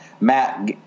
Matt